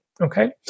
Okay